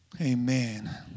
Amen